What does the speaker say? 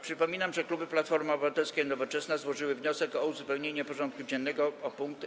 Przypominam, że kluby Platforma Obywatelska i Nowoczesna złożyły wniosek o uzupełnienie porządku dziennego o punkt: